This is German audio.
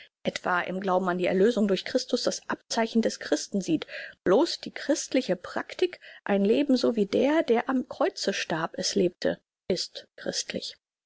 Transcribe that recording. etwa im glauben an die erlösung durch christus das abzeichen des christen sieht bloß die christliche praktik ein leben so wie der der am kreuze starb es lebte ist christlich